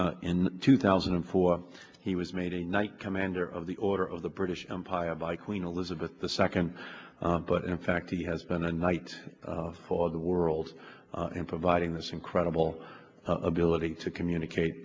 and in two thousand and four he was made a knight commander of the order of the british empire by queen elizabeth the second but in fact he has been a knight of for the world in providing this incredible ability to communicate